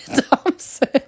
Thompson